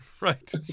Right